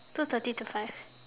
two thirty to five